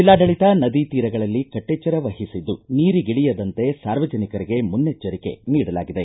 ಜಿಲ್ಲಾಡಳಿತ ನದಿ ತೀರಗಳಲ್ಲಿ ಕಟ್ಟೆಚ್ಚರ ವಹಿಸಿದ್ದು ನೀರಿಗಿಳಿಯದಂತೆ ಸಾರ್ವಜನಿಕರಿಗೆ ಮುನ್ನೆಚ್ಚರಿಕೆ ನೀಡಲಾಗಿದೆ